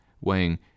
weighing